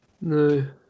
No